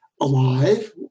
alive